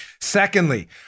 Secondly